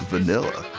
vanilla.